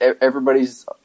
everybody's